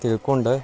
ತಿಳ್ಕೊಂಡು